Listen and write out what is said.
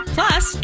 Plus